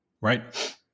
Right